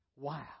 Wow